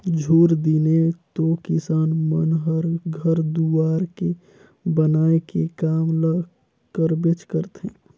झूर दिने तो किसान मन हर घर दुवार के बनाए के काम ल करबेच करथे